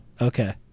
okay